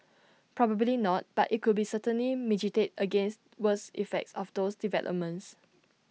probably not but IT could certainly mitigate against worst effects of those developments